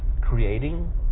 creating